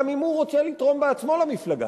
גם אם הוא רוצה לתרום בעצמו למפלגה.